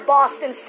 Boston